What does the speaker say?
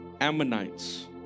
Ammonites